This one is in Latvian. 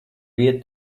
iet